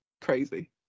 crazy